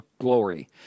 glory